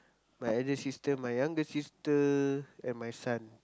my elder sister my younger sister and my son